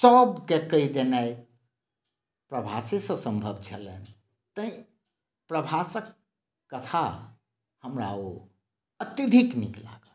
सभके कहि देनाइ प्रभासे सँ सम्भव छलए तैं प्रभासक कथा हमरा ओ अत्यधिक नीक लागल